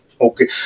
Okay